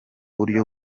buryo